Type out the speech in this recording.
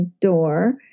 door